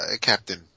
Captain